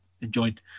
enjoyed